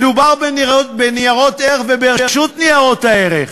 מדובר בניירות ערך וברשות ניירות ערך,